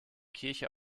kirche